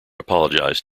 apologised